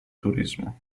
turismo